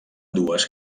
dues